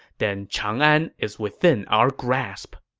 then chang'an is within our grasp.